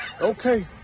Okay